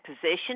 position